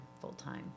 full-time